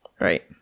right